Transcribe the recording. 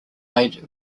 made